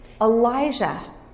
Elijah